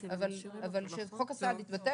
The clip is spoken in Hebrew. אבל שחוק הסעד יתבטל.